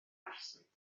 arswyd